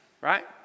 right